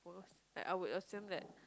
like I would assume that